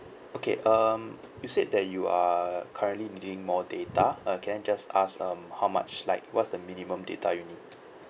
okay um you said that you are currently needing more data uh can I just ask um how much like what's the minimum data you need